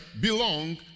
belong